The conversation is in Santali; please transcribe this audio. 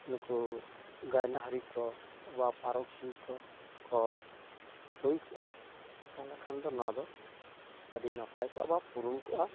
ᱱᱩᱠᱩ ᱜᱟᱭᱱᱟᱦᱟᱹᱨᱤ ᱠᱚ ᱵᱟ ᱯᱟᱹᱨᱚᱠᱷᱤᱭᱟᱹ ᱠᱚᱠᱚ ᱦᱩᱭ ᱠᱚᱜᱼᱟ ᱛᱟᱦᱚᱞᱮ ᱠᱷᱟᱱ ᱫᱚ ᱱᱚᱣᱟ ᱫᱚ ᱟᱹᱰᱤ ᱱᱟᱯᱟᱭ ᱠᱚᱜᱼᱟ ᱵᱟ ᱯᱩᱨᱩᱱ ᱠᱚᱜᱼᱟ